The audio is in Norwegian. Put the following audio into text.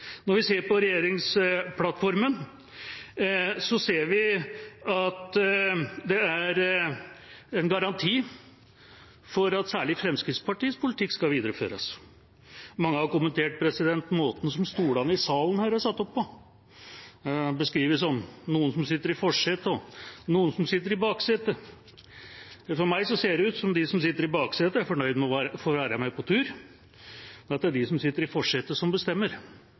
Når vi ser på regjeringsplattformen, ser vi at den er en garanti for at særlig Fremskrittspartiets politikk skal videreføres. Mange har kommentert måten stolene her i salen er satt opp på. Det beskrives som at det er noen som sitter i forsetet, og noen som sitter i baksetet. For meg ser det ut som om de som sitter i baksetet, er fornøyd med å få være med på tur, men at det er de som sitter i forsetet, som bestemmer.